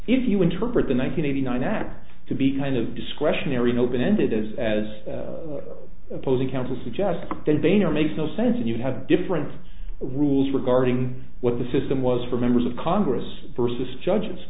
if you interpret the nine hundred eighty nine act to be kind of discretionary open ended as as opposing counsel suggest that they know makes no sense and you have different rules regarding what the system was for members of congress versus judges